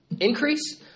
increase